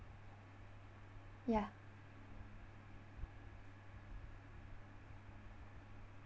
ya